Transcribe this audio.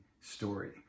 story